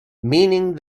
meaning